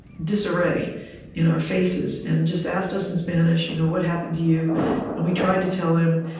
disarray in our faces, and just asked us in spanish, you know what happened to you? and we tried to tell him.